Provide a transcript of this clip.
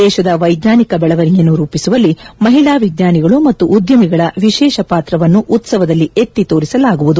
ದೇಶದ ವೈಜ್ಞಾನಿಕ ಬೆಳವಣಿಗೆಯನ್ನು ರೂಪಿಸುವಲ್ಲಿ ಮಹಿಳಾ ವಿಜ್ಞಾನಿಗಳು ಮತ್ತು ಉದ್ಯಮಿಗಳ ವಿಶೇಷ ಪಾತ್ರವನ್ನು ಉತ್ಸವದಲ್ಲಿ ಎತ್ತಿ ತೋರಿಸಲಾಗುವುದು